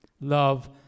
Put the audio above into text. Love